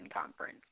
conference